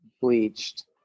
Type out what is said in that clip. bleached